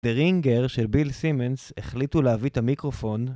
‫דה רינגר של ביל סימנס החליטו להביא את המיקרופון...